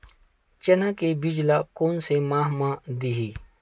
चना के बीज ल कोन से माह म दीही?